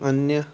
اَننہِ